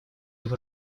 его